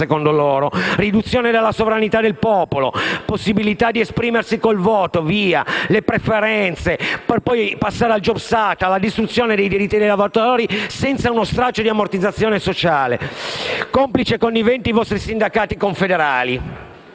secondo loro: e perciò riduzione della sovranità del popolo, della possibilità di esprimersi con il voto e con le preferenze, per poi passare al *jobs act* e alla distruzione dei diritti del lavoratori, senza uno straccio di ammortizzatore sociale, complici e conniventi i vostri sindacati confederali,